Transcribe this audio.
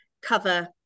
cover